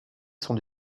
sont